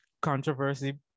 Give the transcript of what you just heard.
controversy